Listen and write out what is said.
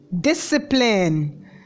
discipline